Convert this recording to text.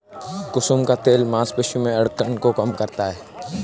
कुसुम का तेल मांसपेशियों में अकड़न को कम करता है